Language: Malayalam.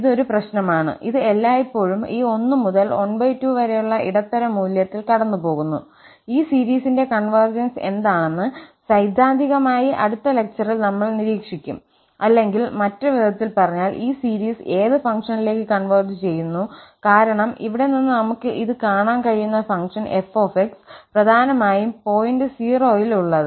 ഇത് ഒരു പ്രശ്നമാണ് ഇത് എല്ലായ്പ്പോഴും ഈ 1 മുതൽ 12 വരെയുള്ള ഇടത്തരം മൂല്യത്തിൽ കടന്നുപോകുന്നു ഈ സീരീസിന്റെ കൺവെർജെൻസ് എന്താണെന്ന് സൈദ്ധാന്തികമായി അടുത്ത ലെക്ചറിൽ നമ്മൾ നിരീക്ഷിക്കും അല്ലെങ്കിൽ മറ്റൊരു വിധത്തിൽ പറഞ്ഞാൽ ഈ സീരീസ് ഏത് ഫംഗ്ഷനിലേക്ക് കൺവെർജ് ചെയ്യുന്നു കാരണം ഇവിടെ നിന്ന് നമുക്ക് ഇത് കാണാൻ കഴിയുന്ന ഫംഗ്ഷൻ 𝑓𝑥 പ്രധാനമായും പോയിന്റ് 0 യിൽ ഉള്ളത്